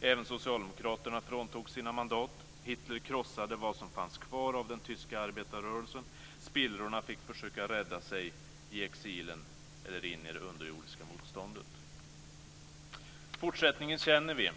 Även socialdemokraterna fråntogs sina mandat. Hitler krossade vad som fanns kvar av den tyska arbetarrörelsen. Spillrorna fick försöka rädda sig i exilen eller in i det underjordiska motståndet. Fortsättningen känner vi.